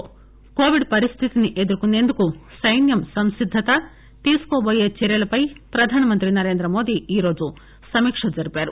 PM army దేశంలో Covid పరిస్థితిని ఎదుర్కొనేందుకు సైన్యం సంసిద్దత తీసుకోబోయే చర్చలపై ప్రధానమంత్రి నరేంద్రమోదీ ఈరోజు సమీక్ష జరిపారు